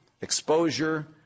exposure